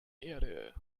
erde